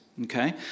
okay